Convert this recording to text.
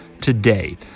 today